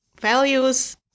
values